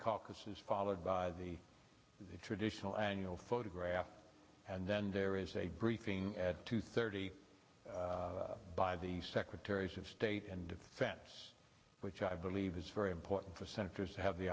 caucuses followed by the traditional annual photograph and then there is a briefing at two thirty by the secretaries of state and defense which i believe is very important for senators have the